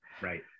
Right